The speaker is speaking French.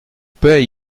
paie